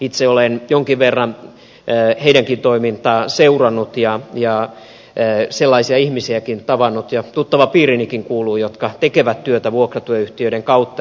itse olen jonkin verran heidänkin toimintaansa seurannut ja sellaisia ihmisiäkin tavannut ja tuttavapiiriinikin kuuluu jotka tekevät työtä vuokratyöyhtiöiden kautta